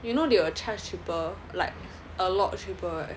you know they will charge cheaper like a lot cheaper eh